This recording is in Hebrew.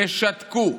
ושתקו,